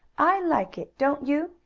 i like it don't you?